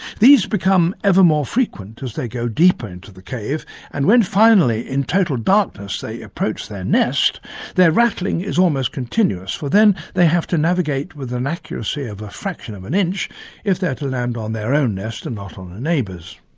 these become ever more frequent as they go deeper into the cave and when finally, in total darkness, they approach their nest their rattling is almost continuous for then they have to navigate with an accuracy of a fraction of an inch if they're to land on their own nest and not on a neighbour's.